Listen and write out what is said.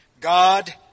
God